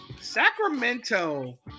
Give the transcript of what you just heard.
Sacramento